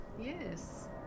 yes